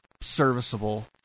serviceable